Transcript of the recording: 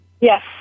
Yes